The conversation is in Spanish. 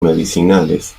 medicinales